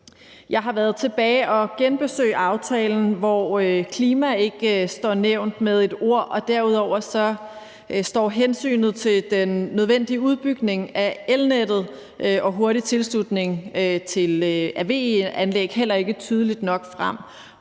Jeg har genbesøgt aftalen, hvor klima ikke står nævnt med et ord, og derudover står hensynet til den nødvendige udbygning af elnettet og hurtig tilslutning af VE-anlæg heller ikke tydeligt nok frem.